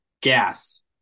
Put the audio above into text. Gas